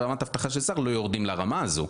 רמת אבטחה של שר לא יורדים לרמה הזו,